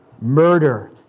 murder